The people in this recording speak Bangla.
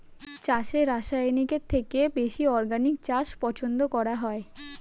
চাষে রাসায়নিকের থেকে বেশি অর্গানিক চাষ পছন্দ করা হয়